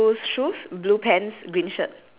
yes so it's like her left hand is stretched out her right hand is